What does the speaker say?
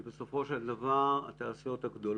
כי אם בסופו של דבר התעשיות הגדולות